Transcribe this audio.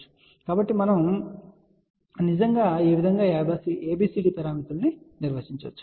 కాబట్టి మనము నిజంగా ఈ విధంగా ABCD పారామితులను నిర్వచించవచ్చు